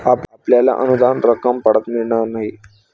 आपल्याला अनुदान रक्कम परत मिळणार नाही